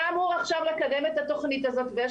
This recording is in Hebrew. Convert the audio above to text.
אתה אמור עכשיו לקדם את התכנית הזו ויש